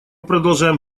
продолжаем